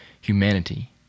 humanity